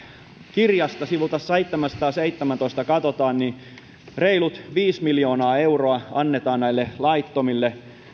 kirjasta sivulta seitsemäänsataanseitsemääntoista katsotaan niin reilut viisi miljoonaa euroa annetaan näille laittomasti